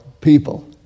people